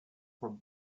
from